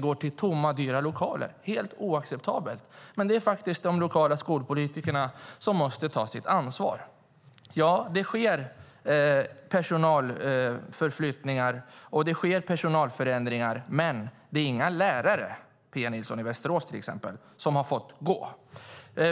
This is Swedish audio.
går till tomma, dyra lokaler. Det är helt oacceptabelt, men det är faktiskt de lokala skolpolitikerna som måste ta sitt ansvar. Det sker personalförflyttningar och personalförändringar, men det är inga lärare i Västerås som har fått gå.